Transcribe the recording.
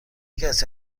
کسی